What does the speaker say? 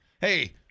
Hey